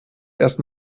erst